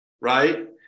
Right